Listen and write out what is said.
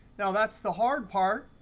now, that's the hard part.